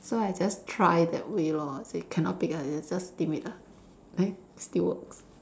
so I just try that way lor see cannot bake ah just steam it ah eh still works